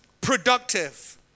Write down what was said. productive